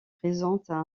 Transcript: présentent